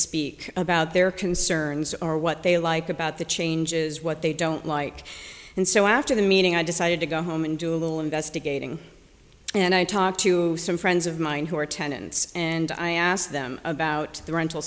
speak about their concerns are what they like about the changes what they don't like and so after the meeting i decided to go home and do a little investigating and i talked to some friends of mine who are tenants and i asked them about the rental